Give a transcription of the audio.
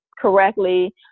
correctly